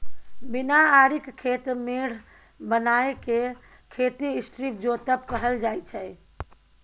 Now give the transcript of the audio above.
बिना आरिक खेत मेढ़ बनाए केँ खेती स्ट्रीप जोतब कहल जाइ छै